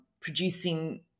producing